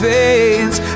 fades